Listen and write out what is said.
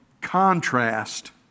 contrast